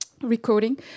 recording